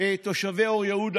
תושבי אור עקיבא,